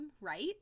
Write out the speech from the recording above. right